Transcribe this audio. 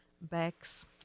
bags